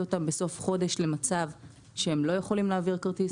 יביא אותם בסוף חודש למצב שהם לא יכולים להעביר כרטיס,